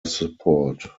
support